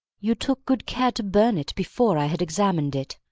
you took good care to burn it before i had examined it.